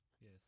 Yes